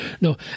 No